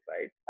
right